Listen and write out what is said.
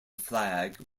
flag